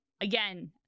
again